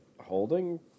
holding